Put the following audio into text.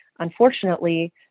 Unfortunately